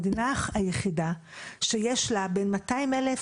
אנחנו נגיע אליהם,